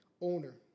owner